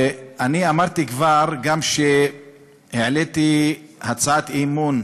אני אמרתי כבר, גם כשהעליתי הצעת אי-אמון